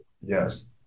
Yes